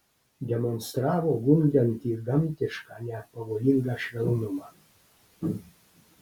demonstravo gundantį gamtišką net pavojingą švelnumą